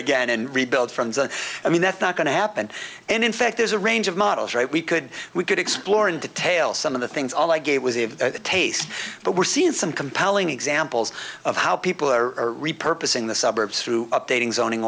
again and rebuild from i mean that's not going to happen and in fact there's a range of models right we could we could explore in detail some of the things all i gave was a taste but we're seeing some compelling examples of how people are repurpose in the suburbs through updating zoning